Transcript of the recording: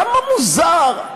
כמה מוזר.